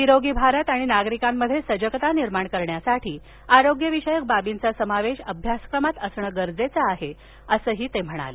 निरोगी भारत आणि नागरिकांमध्ये सजगता निर्माण करण्यासाठी आरोग्यविषयक बाबींचा समावेश अभ्यासक्रमात असणं गरजेच आहे असही ते म्हणाले